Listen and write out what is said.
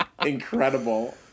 Incredible